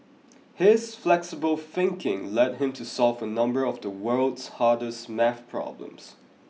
his flexible thinking led him to solve a number of the world's hardest math problems